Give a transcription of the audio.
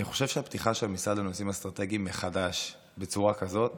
אני חושב שהפתיחה של המשרד לנושאים אסטרטגיים מחדש בצורה כזאת